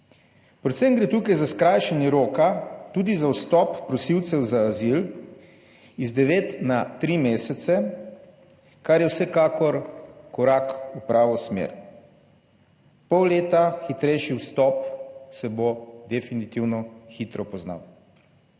Predvsem gre tukaj za skrajšanje roka tudi za vstop prosilcev za azil iz 9 na 3 mesece, kar je vsekakor korak v pravo smer. Pol leta hitrejši vstop se bo definitivno hitro poznal.